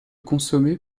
consommé